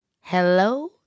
Hello